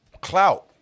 clout